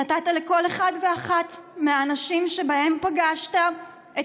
נתת לכל אחד ואחת מהאנשים שבהם פגשת את